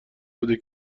بوده